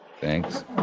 Thanks